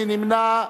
מי נמנע?